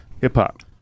hip-hop